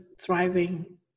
thriving